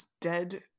dead